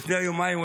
לפני יומיים,